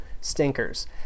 stinkers